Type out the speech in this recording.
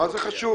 מה זה חשוב?